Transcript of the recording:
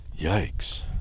Yikes